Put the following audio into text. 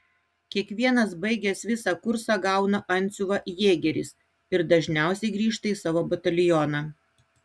kiekvienas baigęs visą kursą gauna antsiuvą jėgeris ir dažniausiai grįžta į savo batalioną